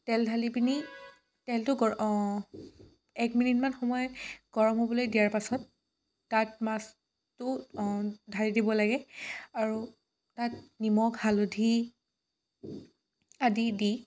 তেল ঢালি পিনি তেলটো গ এক মিনিটমান সময় গৰম হ'বলৈ দিয়াৰ পাছত তাত মাছটো ঢালি দিব লাগে আৰু তাত নিমখ হালধি আদি দি